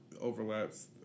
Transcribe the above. Overlaps